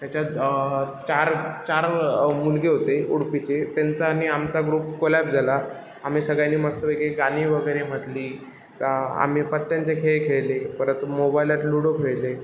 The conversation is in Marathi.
त्याच्यात चार चार मुलगे होते उडपीचे त्यांचा आणि आमचा ग्रुप कोलॅप्स झाला आम्ही सगळ्यांनी मस्तपैकी गाणी वगैरे म्हटली आम्ही पत्त्यांचे खेळ खेळले परत मोबाईलात लूडो खेळले